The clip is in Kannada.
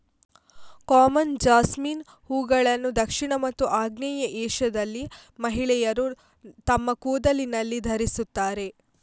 ಕಾಮನ್ ಜಾಸ್ಮಿನ್ ಹೂವುಗಳನ್ನು ದಕ್ಷಿಣ ಮತ್ತು ಆಗ್ನೇಯ ಏಷ್ಯಾದಲ್ಲಿ ಮಹಿಳೆಯರು ತಮ್ಮ ಕೂದಲಿನಲ್ಲಿ ಧರಿಸುತ್ತಾರೆ